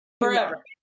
Forever